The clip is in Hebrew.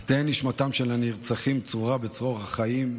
תהא נשמתם של הנרצחים צרורה בצרור החיים,